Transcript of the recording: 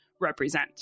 represent